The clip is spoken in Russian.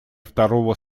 второго